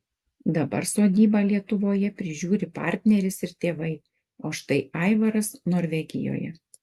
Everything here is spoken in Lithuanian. dabar sodybą lietuvoje prižiūri partneris ir tėvai o štai aivaras norvegijoje